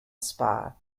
spa